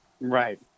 Right